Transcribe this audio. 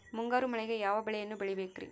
ಮುಂಗಾರು ಮಳೆಗೆ ಯಾವ ಬೆಳೆಯನ್ನು ಬೆಳಿಬೇಕ್ರಿ?